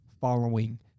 following